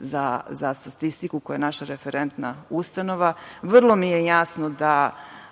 za statistiku, koji je naša referentna ustanova. Vrlo mi je jasno da